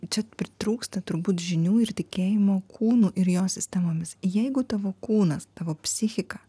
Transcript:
čia pritrūksta turbūt žinių ir tikėjimo kūnu ir jo sistemomis jeigu tavo kūnas tavo psichika